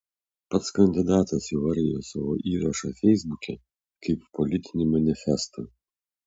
pats kandidatas įvardijo savo įrašą feisbuke kaip politinį manifestą